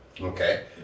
Okay